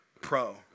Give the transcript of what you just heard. Pro